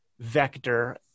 vector